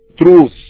truth